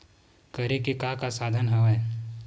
करे के का का साधन हवय?